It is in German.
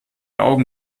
augen